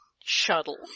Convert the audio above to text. shuttle